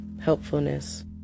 helpfulness